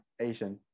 Asian